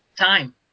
time